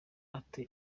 ate